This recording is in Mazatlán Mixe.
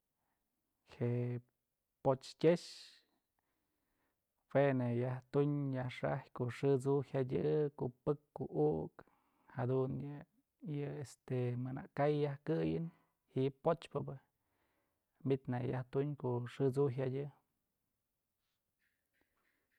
Je'e poch tyëx jue nak yajtunyë yaj xa'ajyë ko'o xë t'su'u jyadyë ko'o pëk ko'o ukë jadun yë y este më nak kay yaj këyën ji'i pochpëbë mi'it nak yaj tuñ ko'o xë t'su jyadyë.